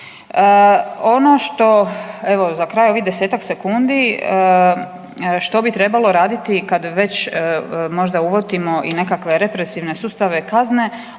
Ono što evo za kraj ovih 10-tak sekundi što bi trebalo raditi kad već možda uvodimo i nekakve represivne sustave kazne